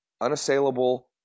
unassailable